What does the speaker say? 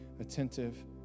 attentive